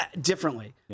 differently